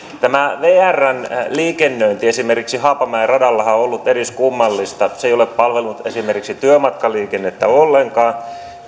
tämä vrn liikennöintihän esimerkiksi haapamäen radalla on on ollut eriskummallista se ei ole palvellut esimerkiksi työmatkaliikennettä ollenkaan